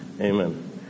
amen